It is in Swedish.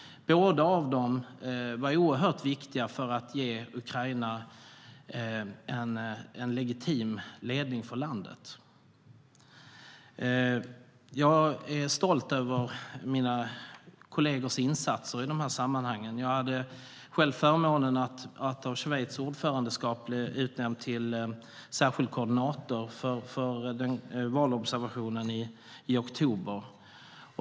Båda var oerhört viktiga för att ge Ukraina en legitim ledning. Jag är stolt över mina kollegors insatser i de här sammanhangen. Jag hade själv förmånen att av Schweiz ordförandeskap bli utnämnd till särskild koordinator för valobservationen i oktober.